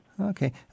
Okay